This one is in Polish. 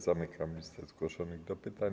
Zamykam listę zgłoszonych do pytań.